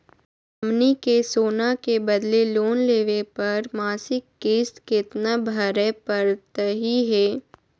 हमनी के सोना के बदले लोन लेवे पर मासिक किस्त केतना भरै परतही हे?